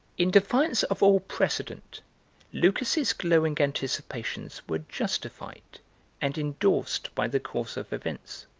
in defiance of all precedent lucas's glowing anticipations were justified and endorsed by the course of events.